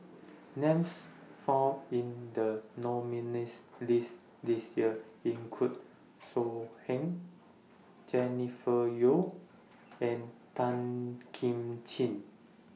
Names found in The nominees' list This Year in Could So Heng Jennifer Yeo and Tan Kim Ching